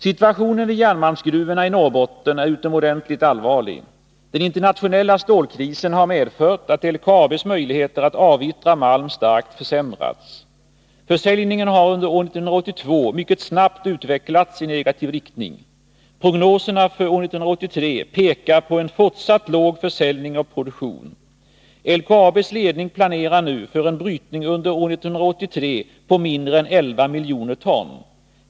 Situationen vid järnmalmsgruvorna i Norrbotten är utomordentligt allvarlig. Den internationella stålkrisen har medfört att LKAB:s möjligheter att avyttra malm starkt försämrats. Försäljningen har under år 1982 mycket snabbt utvecklats i negativ riktning. Prognoserna för år 1983 pekar på en fortsatt låg försäljning och produktion. LKAB:s ledning planerar nu för en brytning under år 1983 av mindre än 11 miljoner ton.